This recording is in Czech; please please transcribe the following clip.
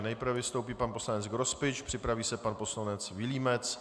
Nejprve vystoupí pan poslanec Grospič, připraví se pan poslanec Vilímec.